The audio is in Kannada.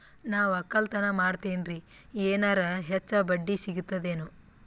ನಾ ಒಕ್ಕಲತನ ಮಾಡತೆನ್ರಿ ಎನೆರ ಹೆಚ್ಚ ಬಡ್ಡಿ ಸಿಗತದೇನು?